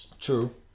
True